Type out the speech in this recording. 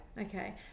Okay